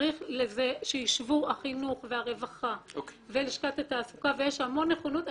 צריך שישבו החינוך והרווחה ולשכת התעסוקה ויש המון נכונות.